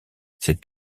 cet